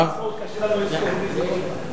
מי שבעד, הוא בעד הודעת יריב לוין.